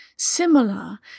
similar